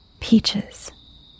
Peaches